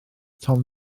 tom